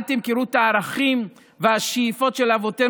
אל תמכרו את הערכים והשאיפות של אבותינו